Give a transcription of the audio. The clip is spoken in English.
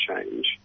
change